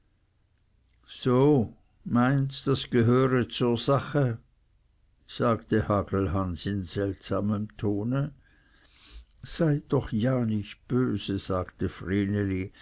so meinst das gehöre zur sache sagte hagelhans in seltsamem tone seid doch ja nicht böse sagte